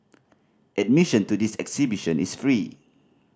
admission to this exhibition is free